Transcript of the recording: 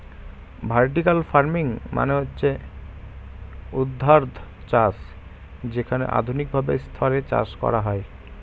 vertical farming মানে হচ্ছে ঊর্ধ্বাধ চাষ যেখানে আধুনিক ভাবে স্তরে চাষ করা হয়